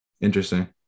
interesting